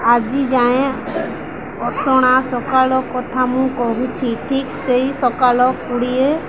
ଆଜି ଯାଏଁ ଅସଣା ସକାଳ କଥା ମୁଁ କହୁଛି ଠିକ୍ ସେଇ ସକାଳ କୋଡ଼ିଏ